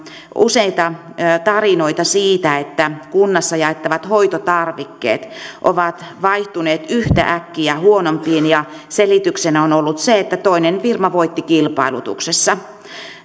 useita tarinoita siitä että kunnassa jaettavat hoitotarvikkeet ovat vaihtuneet yhtäkkiä huonompiin ja selityksenä on ollut se että toinen firma voitti kilpailutuksessa